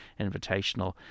Invitational